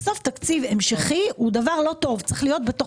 תקציב המשכי הוא דבר לא טוב, צריך להיות בתוך